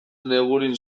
negurin